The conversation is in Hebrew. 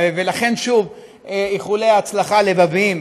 ולכן, שוב, איחולי הצלחה לבביים.